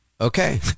Okay